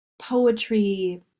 poetry